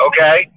Okay